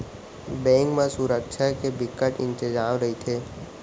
bank म सुरक्छा के बिकट इंतजाम रहिथे